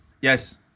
Yes